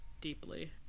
deeply